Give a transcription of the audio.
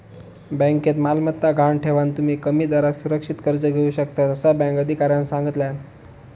बँकेत मालमत्ता गहाण ठेवान, तुम्ही कमी दरात सुरक्षित कर्ज घेऊ शकतास, असा बँक अधिकाऱ्यानं सांगल्यान